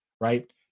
right